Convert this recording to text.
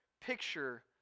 picture